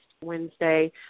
Wednesday